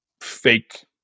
fake